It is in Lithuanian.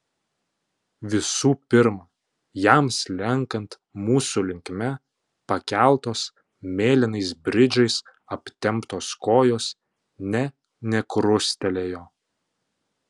visų pirma jam slenkant mūsų linkme pakeltos mėlynais bridžais aptemptos kojos ne nekrustelėjo